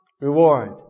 reward